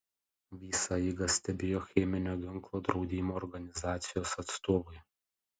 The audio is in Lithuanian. visą eigą stebėjo cheminio ginklo draudimo organizacijos atstovai